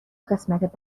قسمت